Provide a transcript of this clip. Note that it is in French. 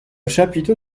chapiteau